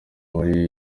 muri